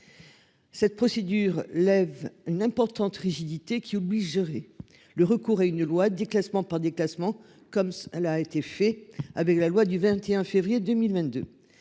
Cette procédure lève une importante rigidité qui obligerait le recours à une loi classement par des classements comme elle a été fait avec la loi du 21 février 2022.